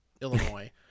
Illinois